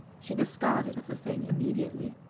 she discarded of the thing immediately.